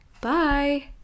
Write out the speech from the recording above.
Bye